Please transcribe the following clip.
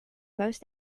most